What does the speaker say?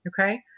Okay